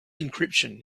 encryption